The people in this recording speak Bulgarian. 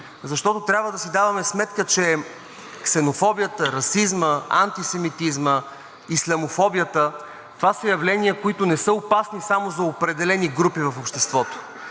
защото трябва да си даваме сметка, че ксенофобията, расизмът, антисемитизмът, ислямофобията са явления, които не са опасни само за определени групи в обществото,